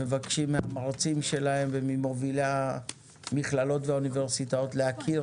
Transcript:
מבקשים מהמרצים שלהם וממובילי המכללות והאוניברסיטאות להכיר